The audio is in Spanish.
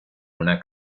una